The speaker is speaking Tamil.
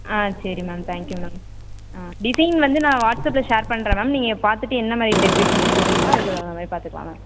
ஆ சரி மேம் தேங்க்யூ மேம் ஆ டிசைன் வந்து நான் வாட்ஸ்ஆப்பில் ஷேர் பண்ணுறேன் மேம் நீங்கள் பார்த்துட்டு என்னமாதிரி டெக்கரேஷன்னு சொன்னிங்கன்னா அதுக்கு தகுந்த மாதிரி பார்த்துக்கலாம் மேம்